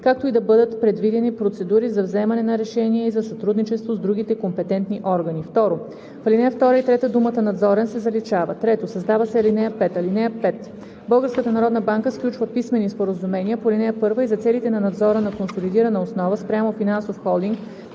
както и да бъдат предвидени процедури за вземане на решения и за сътрудничество с другите компетентни органи.“ 2. В ал. 2 и 3 думата „надзорен“ се заличава. 3. Създава се ал. 5: „(5) Българската народна банка сключва писмени споразумения по ал. 1 и за целите на надзора на консолидирана основа спрямо финансов холдинг